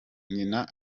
nyina